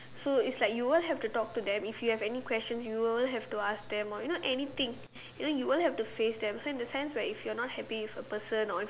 so it's like you will have to talk to them if you have any questions you will have to ask them or you know anything you know you will have to face them so in the sense where if you're not happy with a person